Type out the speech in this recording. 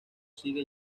sigue